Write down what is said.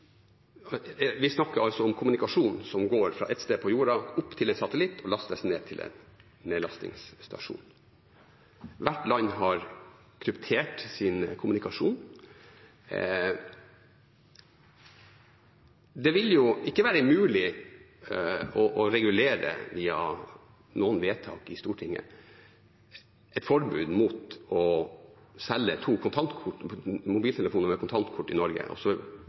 Vi snakker om kommunikasjon som går fra et sted på jorda opp til en satellitt og lastes ned til en nedlastingsstasjon. Hvert land har kryptert sin kommunikasjon. Det vil ikke være mulig å regulere via noen vedtak i Stortinget et forbud mot å selge to mobiltelefoner med kontantkort i Norge